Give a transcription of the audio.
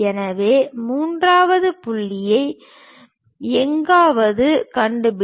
எனவே மூன்றாவது புள்ளியை எங்காவது கண்டுபிடி